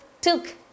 took